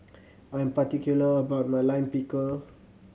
I am particular about my Lime Pickle